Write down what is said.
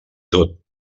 tot